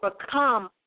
become